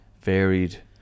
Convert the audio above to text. varied